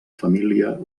família